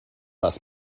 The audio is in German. was